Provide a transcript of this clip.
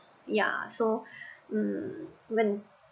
ya so hmm when